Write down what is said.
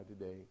today